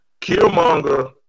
Killmonger